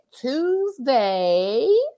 Tuesday